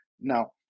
Now